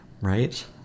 right